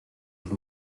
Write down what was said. with